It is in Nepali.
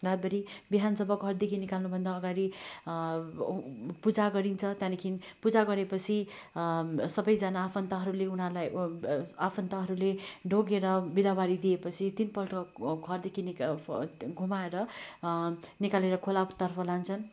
रातभरि बिहान जब घरदेखि निकाल्नुभन्दा अगाडि पूजा गरिन्छ त्यहाँदेखि पूजा गरेपछि सबैजना आफन्तहरूले उनीहरूलाई आफन्तहरूले ढोगेर बिदावारी दिएपछि तिनपल्ट घरदेखि घुमाएर निकालेर खोलातर्फ लान्छन्